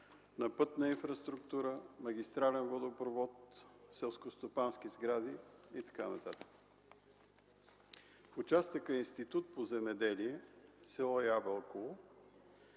на пътната инфраструктура, магистрален водопровод, селскостопански сгради и така нататък. В участъка е Институтът по земеделие, село Ябълково.